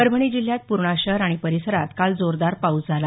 परभणी जिल्ह्यात पूर्णा शहर आणि परिसरात काल जोरदार पाऊस झाला